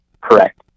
correct